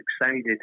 excited